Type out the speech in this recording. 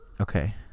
Okay